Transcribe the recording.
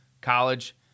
college